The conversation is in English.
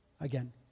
again